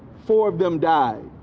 four of them died.